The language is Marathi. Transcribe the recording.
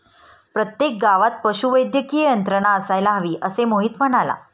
प्रत्येक गावात पशुवैद्यकीय यंत्रणा असायला हवी, असे मोहित म्हणाला